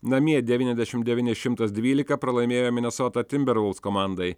namie devyniasdešimt devyni šimtas dvylika pralaimėjo minesota timbervulfs komandai